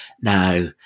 Now